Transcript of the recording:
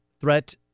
threat